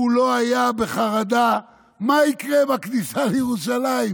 כולו היה בחרדה מה יקרה בכניסה לירושלים,